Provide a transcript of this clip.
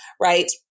right